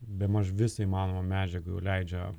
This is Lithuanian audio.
bemaž visą įmanomą medžiagą jau leidžia